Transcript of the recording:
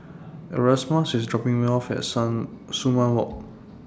Erasmus IS dropping Me off At Sumang Walk